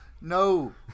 No